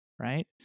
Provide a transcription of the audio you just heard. right